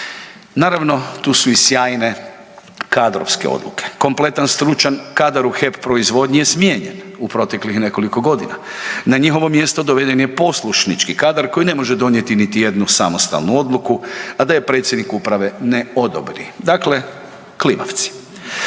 Naravno tu su i sjajne kadrovske odluke. Kompletan i stručan kadar u HEP proizvodnji je smijenjen u proteklih nekoliko godina. Na njihovo mjesto doveden je poslušnički kadar koji ne može donijeti niti jednu samostalnu odluku, a da je predsjednik uprave ne odobri, dakle klimavci.